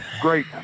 Great